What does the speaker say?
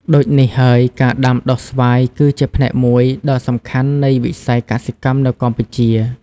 ដូចនេះហើយ ការដាំដុះស្វាយគឺជាផ្នែកមួយដ៏សំខាន់នៃវិស័យកសិកម្មនៅកម្ពុជា។